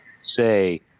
say